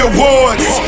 Awards